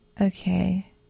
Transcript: Okay